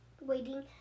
waiting